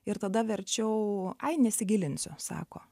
ir tada verčiau ai nesigilinsiu sako